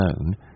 known